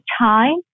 time